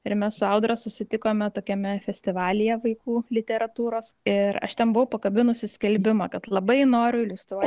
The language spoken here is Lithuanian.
ir mes su audra susitikome tokiame festivalyje vaikų literatūros ir aš ten buvau pakabinusi skelbimą kad labai noriu iliustruoti